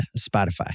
Spotify